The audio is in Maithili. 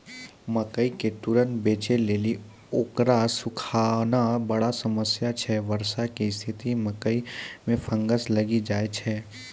मकई के तुरन्त बेचे लेली उकरा सुखाना बड़ा समस्या छैय वर्षा के स्तिथि मे मकई मे फंगस लागि जाय छैय?